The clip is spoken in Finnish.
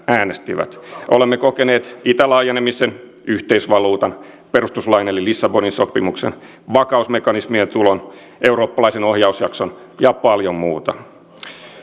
äänestivät olemme kokeneet itälaajenemisen yhteisvaluutan perustuslain eli lissabonin sopimuksen vakausmekanismien tulon eurooppalaisen ohjausjakson ja paljon muuta